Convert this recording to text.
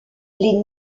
les